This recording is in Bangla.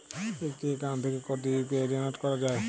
একটি অ্যাকাউন্ট থেকে কটি ইউ.পি.আই জেনারেট করা যায়?